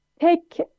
Take